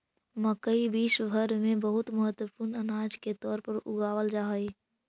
मकई विश्व भर में बहुत महत्वपूर्ण अनाज के तौर पर उगावल जा हई